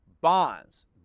bonds